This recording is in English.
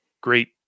great